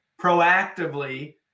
proactively